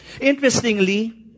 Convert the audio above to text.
Interestingly